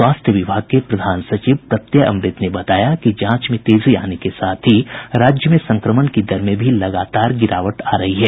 स्वास्थ्य विभाग के प्रधान सचिव प्रत्यय अमृत ने बताया कि जांच में तेजी आने के साथ ही राज्य में संक्रमण की दर में भी लगातार गिरावट आ रही है